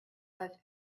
was